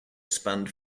spanned